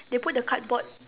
they put the cardboard